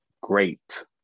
great